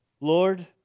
Lord